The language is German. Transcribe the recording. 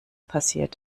passiert